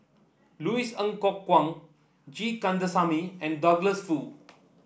Louis Ng Kok Kwang G Kandasamy and Douglas Foo